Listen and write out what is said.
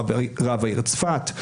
רב העיר צפת.